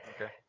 Okay